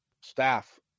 staff